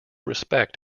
respect